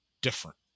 different